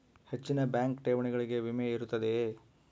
ಹೆಚ್ಚಿನ ಬ್ಯಾಂಕ್ ಠೇವಣಿಗಳಿಗೆ ವಿಮೆ ಇರುತ್ತದೆಯೆ?